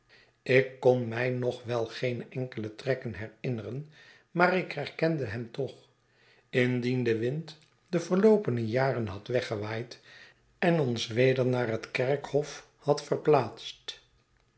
ik kon mij nog wel geene enkele trekken herinneren maar ik herkende hem toch indien de wind de verloopene jaren had weggewaaid en ons weder naar het kerkhof had verplaatst